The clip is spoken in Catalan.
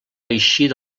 eixir